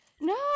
No